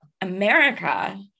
America